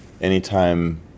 anytime